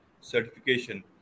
certification